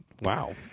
Wow